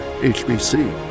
HBC